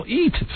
eat